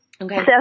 Okay